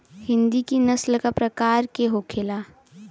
हिंदी की नस्ल का प्रकार के होखे ला?